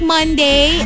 Monday